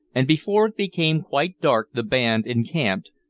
and before it became quite dark the band encamped,